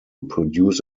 produce